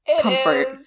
comfort